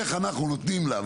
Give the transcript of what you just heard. איך אנחנו נותנים לה,